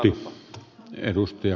arvoisa puhemies